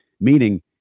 Meaning